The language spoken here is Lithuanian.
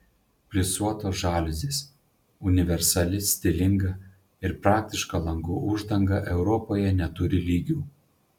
plisuotos žaliuzės universali stilinga ir praktiška langų uždanga europoje neturi lygių